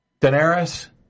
Daenerys